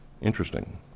interesting